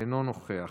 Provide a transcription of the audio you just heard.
אינו נוכח.